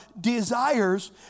desires